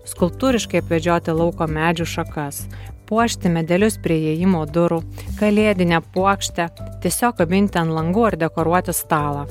skulptūriškai apvedžioti lauko medžių šakas puošti medelius prie įėjimo durų kalėdinę puokštę tiesiog kabinti ant langų ar dekoruoti stalą